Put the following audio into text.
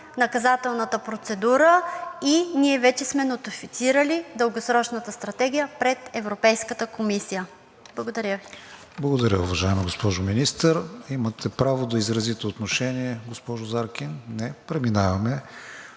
наказателната процедура и ние вече сме нотифицирали Дългосрочната стратегия пред Европейската комисия. Благодаря Ви. ПРЕДСЕДАТЕЛ КРИСТИАН ВИГЕНИН: Благодаря, уважаема госпожо Министър. Имате право да изразите отношение, госпожо Заркин. Не. Преминаваме